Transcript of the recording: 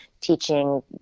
teaching